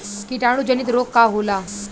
कीटाणु जनित रोग का होला?